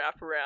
wraparound